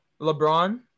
LeBron